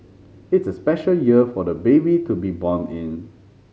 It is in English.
it's a special year for the baby to be born in